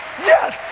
Yes